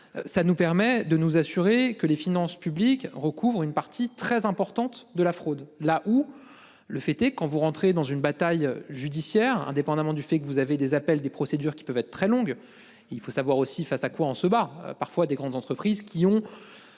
Ça nous permet de nous assurer que les finances publiques recouvre une partie très importante de la fraude, là où le fêter quand vous rentrez dans une bataille judiciaire indépendamment du fait que vous avez des appels des procédures qui peuvent être très longue. Il faut savoir aussi, face à quoi en ce bas parfois des grandes entreprises qui ont.